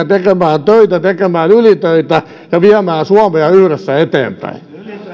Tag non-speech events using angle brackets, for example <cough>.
<unintelligible> tekemään töitä tekemään ylitöitä ja viemään suomea yhdessä eteenpäin